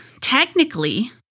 technically